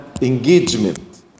engagement